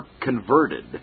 converted